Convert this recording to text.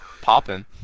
popping